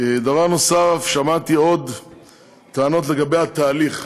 דבר נוסף, שמעתי טענות לגבי התהליך.